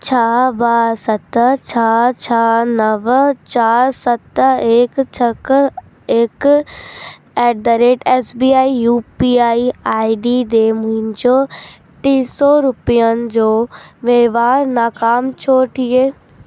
छह ॿ सत छह छह नव चार सत एक छह हिकु at the rate S B I U P I I D ॾे मुंहिंजो टी सौ रुपियनि जो वहिंवारु नाकामु छो थिए